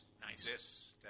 nice